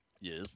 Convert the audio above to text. Yes